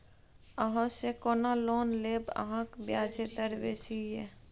अहाँसँ कोना लोन लेब अहाँक ब्याजे दर बेसी यै